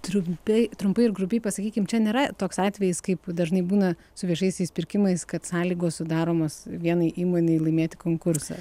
trumpi trumpai ir grubiai pasakykim čia nėra toks atvejis kaip dažnai būna su viešaisiais pirkimais kad sąlygos sudaromos vienai įmonei laimėti konkursą